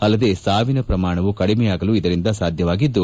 ಅಲ್ಲದೇ ಸಾವಿನ ಪ್ರಮಾಣವು ಕಡಿಮೆಯಾಗಲು ಇದರಿಂದ ಸಾಧ್ಯವಾಗಿದ್ದು